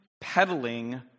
peddling